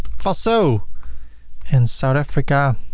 faso in south africa.